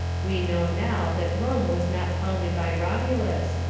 we know now that rome was not founded by romulus,